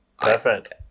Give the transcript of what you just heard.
Perfect